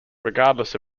regardless